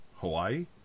Hawaii